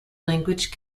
language